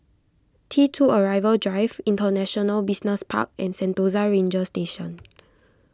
T two Arrival Drive International Business Park and Sentosa Ranger Station